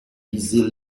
viser